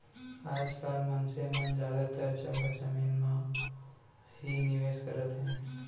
आज काल मनसे मन जादातर जघा जमीन म ही निवेस करत हे